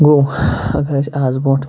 گوٚو اگر اَسہِ آز برٛونٛٹھ